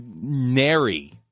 nary